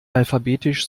alphabetisch